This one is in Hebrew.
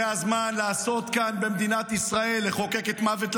זה הזמן לחוקק במדינת ישראל את מוות למחבלים,